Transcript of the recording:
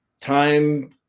time